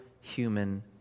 human